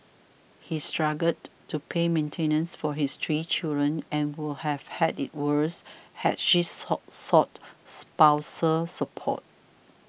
he struggled to pay maintenance for his three children and would have had it worse had she sought spousal support